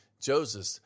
Joseph